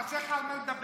חסר לך על מה לדבר?